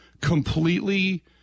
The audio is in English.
completely